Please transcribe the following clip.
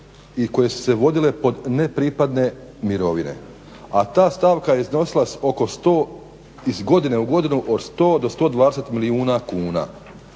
i koje su se vodile pod nepripadne mirovine? A ta stavka je iznosila iz godine u godinu od 100 do 120 milijuna kuna.